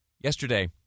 Yesterday